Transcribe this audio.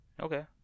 Okay